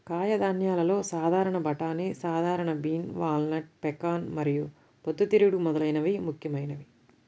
కాయధాన్యాలలో సాధారణ బఠానీ, సాధారణ బీన్, వాల్నట్, పెకాన్ మరియు పొద్దుతిరుగుడు మొదలైనవి ముఖ్యమైనవి